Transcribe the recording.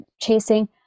chasing